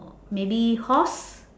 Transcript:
maybe horse